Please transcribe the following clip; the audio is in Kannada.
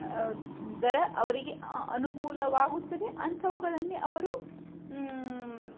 ದರ ಅವರಿಗೆ ಅನುಕೂಲವಾಗುತ್ತದೆ ಅಂಥವುಗಳನ್ನೇ ಅವರು